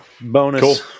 Bonus